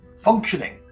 functioning